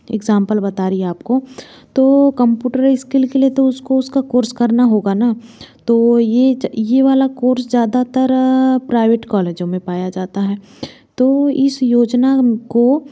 example बता रही हूँ आप को तो कम्पुटर स्किल के लिए तो उसको उसका कोर्स करना होगा ना तो ये ये वाला कोर्स ज़्यादातर प्राइवेट कॉलेजों में पाया जाता है तो इस योजना को